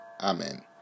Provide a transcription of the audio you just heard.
Amen